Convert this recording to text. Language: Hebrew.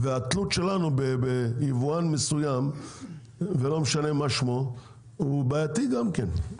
והתלות שלנו ביבואן מסוים ולא משנה מה שמו הוא בעייתי גם כן.